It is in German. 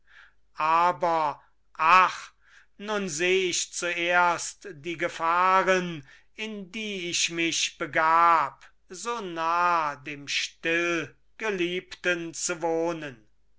aber ach nun seh ich zuerst die gefahren in die ich mich begab so nah dem still geliebten zu wohnen